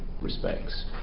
respects